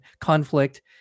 conflict